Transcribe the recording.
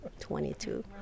22